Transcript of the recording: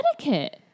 etiquette